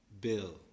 Bill